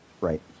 Right